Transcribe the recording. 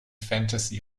fantasy